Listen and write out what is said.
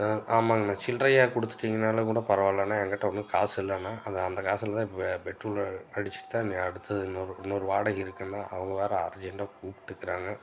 ஆமாங்கண்ணா சில்லறையாக கொடுத்திட்டீங்கனாலும் கூட பரவால்லண்ணா என்கிட்ட ஒன்றும் காசு இல்லைண்ணா அந்த அந்த காசில்தான் இப்போ பெ பெட்ரோல் அடிச்சுத்தான் இனி அடுத்து இன்னொரு இன்னொரு வாடகை இருக்குதுண்ணா அவங்க வேறு அர்ஜென்ட்டாக கூப்பிட்டுக்கிறாங்க